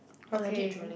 okay